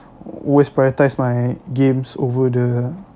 always prioritise my games over the